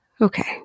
Okay